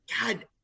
god